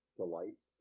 delight